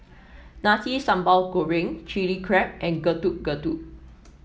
Nasi Sambal Goreng Chili Crab and Getuk Getuk